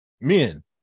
Men